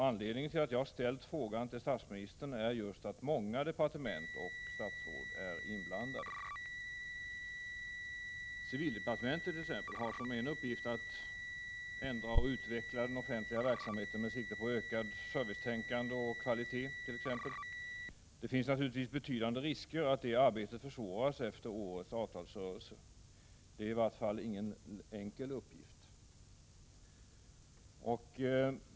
Anledningen till att jag ställde frågan till statsministern är att många departement och statsråd är inblandade. Jag kan exempelvis nämna civildepartementet. En av dess uppgifter är att ändra och utveckla den offentliga verksamheten med sikte på ökat servicetänkande och ökad kvalitet. Det finns naturligtvis betydande risker för att det arbetet försvåras efter årets avtalsrörelse. I varje fall är det ingen enkel uppgift.